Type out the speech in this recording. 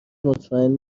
مطمئن